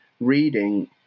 reading